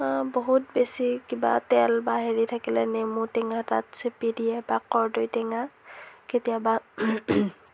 বহুত বেছি কিবা তেল বা হেৰি থাকিলে নেমু টেঙা তাত চেপি দিয়ে বা কৰ্দৈ টেঙা কেতিয়াবা